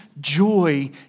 joy